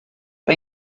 bei